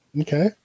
Okay